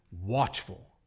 watchful